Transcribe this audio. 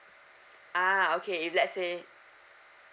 ah okay if let's say